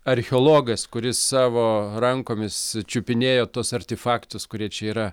archeologas kuris savo rankomis čiupinėjo tuos artefaktus kurie čia yra